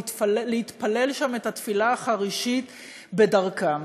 להתפלל את התפילה החרישית בדרכם.